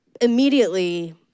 immediately